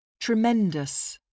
Tremendous